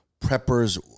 preppers